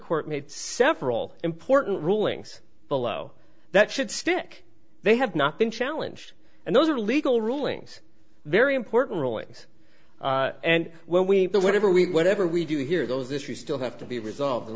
court made several important rulings below that should stick they have not been challenge and those are legal rulings very important rulings and when we do whatever we never we do hear those issues still have to be resolved in